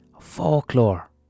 folklore